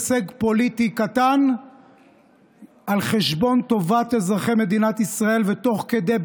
הקואליציה הבטיחה לאזרחי ישראל שאנחנו